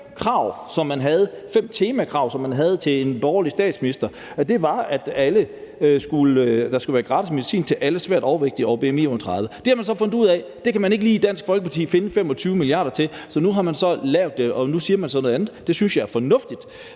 på som et af de fem temakrav, som man havde til en borgerlig statsminister, nemlig at der skulle være gratis medicin til alle svært overvægtige med en bmi over 30. Det har man så fundet ud af i Dansk Folkeparti, at man ikke lige kan finde 25 mia. kr. til, så nu har man så lavet det om, og nu siger man så noget andet. Det synes jeg er fornuftigt.